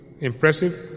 impressive